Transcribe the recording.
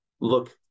look